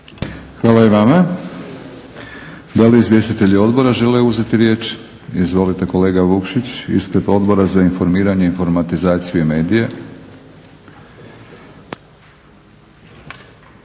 Hvala i vama. Da li izvjestitelji odbora uzeti riječ? Izvolite kolega Vukšić, ispred Odbora za informiranje, informatizaciju i medije.